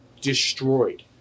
destroyed